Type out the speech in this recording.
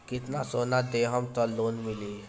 कितना सोना देहम त लोन मिली?